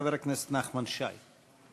חבר הכנסת נחמן שי.